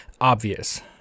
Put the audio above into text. obvious